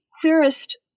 clearest